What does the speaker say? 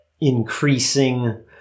increasing